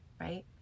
right